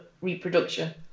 reproduction